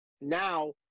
now